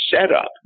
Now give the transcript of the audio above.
setup